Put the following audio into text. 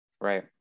Right